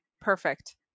Perfect